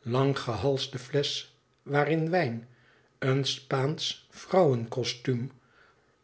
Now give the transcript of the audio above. langgehalsde flesch waarin wijn een